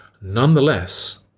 Nonetheless